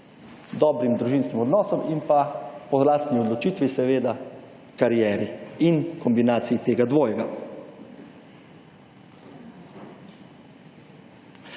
dobrim družinskim odnosom in pa po lastni odločitvi, seveda, karieri in kombinaciji tega dvojega.